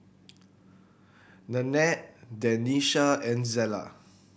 Nanette Denisha and Zella